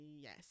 Yes